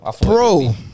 Bro